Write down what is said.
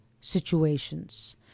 situations